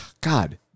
God